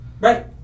right